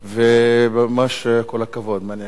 ממש כל הכבוד, מה אני אגיד לך.